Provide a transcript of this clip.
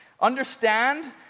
Understand